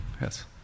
Yes